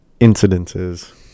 incidences